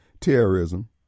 terrorism